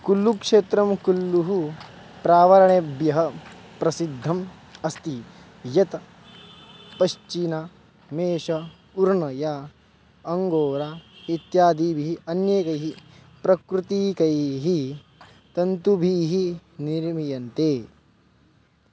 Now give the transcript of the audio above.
कुल्लुक्षेत्रं कुल्लुः प्रारणेभ्यः प्रसिद्धम् अस्ति यत् पश्चिमः मेश उर्णया अङ्गोरा इत्यादीभिः अनेकैः प्राकृतिकैः तन्तुभिः निर्मीयन्ते